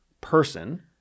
person